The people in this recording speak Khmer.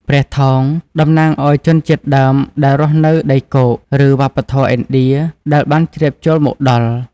ព្រះថោង តំណាងឲ្យជនជាតិដើមដែលរស់នៅដីគោក ឬវប្បធម៌ឥណ្ឌាដែលបានជ្រាបចូលមកដល់។